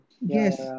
Yes